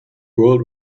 world